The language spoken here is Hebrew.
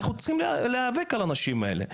אנחנו צריכים להיאבק על האנשים האלה.